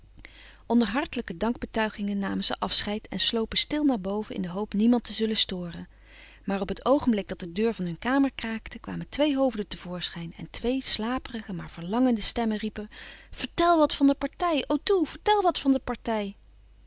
onder hartelijke dankbetuigingen namen ze afscheid en slopen stil naar boven in de hoop niemand te zullen storen maar op het oogenblik dat de deur van hun kamer kraakte kwamen twee hoofden te voorschijn en twee slaperige maar verlangende stemmen riepen vertel wat van de partij o toe vertel wat van de partij